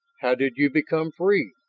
how did you become free?